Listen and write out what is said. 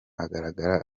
agaragara